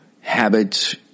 habits